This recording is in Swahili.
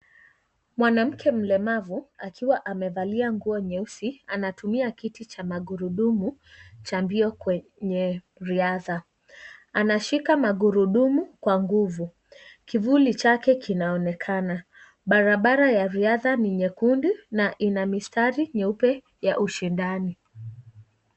Mwanamke mlemavu akiwa amevalia nguo nyeusi anatumia kiti cha magurudumu cha mbio kwenye riadha, anashika magurudumu kwa nguvu, kivuli chake kinaonekana, barabara ya riadha ni nyekundu na ina mistari nyeupe ya ushindani.